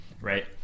right